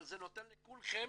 אבל זה נותן לכולכם